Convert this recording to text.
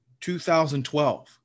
2012